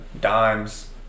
dimes